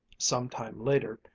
some time later,